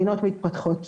מדינות מתפתחות.